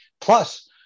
Plus